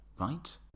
right